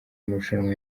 amarushanwa